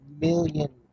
million